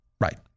Right